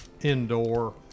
indoor